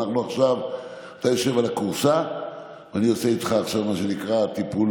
עכשיו אתה יושב על הכורסה ואני עושה איתך עכשיו מה שנקרא טיפול